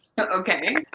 Okay